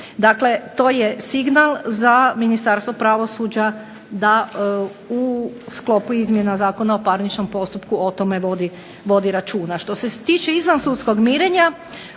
Dakle, to je signal za Ministarstvo pravosuđa da u sklopu izmjena Zakona o parničnom postupku o tome vodi računa. Što se tiče izvansudskog mirenja